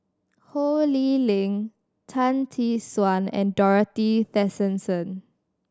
Ho Lee Ling Tan Tee Suan and Dorothy Tessensohn